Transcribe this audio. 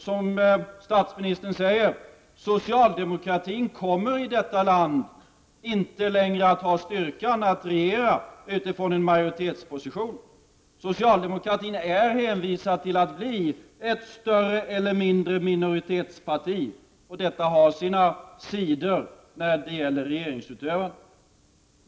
Som statsministern säger kommer socialdemokratin i detta land inte längre att ha styrkan att regera utifrån en majoritetsposition. Socialdemokraterna är hänvisade till att bli ett större eller ett mindre minoritetsparti, vilket har sina sidor när det gäller regeringsutövandet.